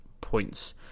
points